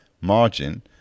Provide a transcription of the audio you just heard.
margin